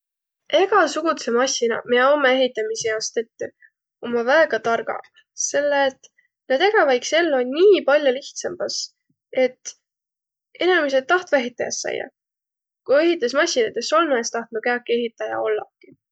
Egäsugudsõq massinaq, miä ommaq ehitämise jaos tettüq, ommaq väega targaq, selle et na tegeväq iks ello nii pall'o lihtsambas, et inemiseq tahtvaq ehitäjäs saiaq. Ku ehitüsmassinit es olnuq, es tahtnuq kiäki ehitäjä ollaki.